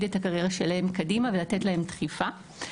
את הקריירה שלהם קדימה ולתת להם דחיפה.